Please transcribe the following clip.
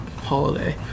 holiday